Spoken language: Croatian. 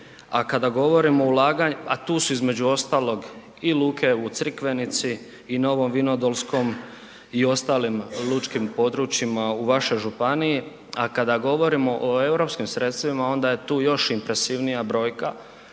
A kada govorimo o ulaganju, a tu su između ostalog i luke u Crikvenici i Novom Vinodolskom i ostalim lučkim područjima u vašoj županiji. A kada govorimo o europskim sredstvima onda je tu još impresivnija brojka,